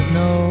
no